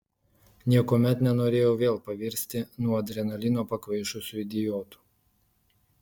niekuomet nenorėjau vėl pavirsti nuo adrenalino pakvaišusiu idiotu